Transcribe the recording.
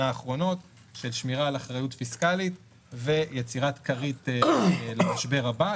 האחרונות של שמירה על אחריות פיסקלית ויצירת כרית למשבר הבא,